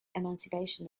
emancipation